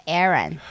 Aaron